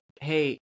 hey